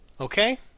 Okay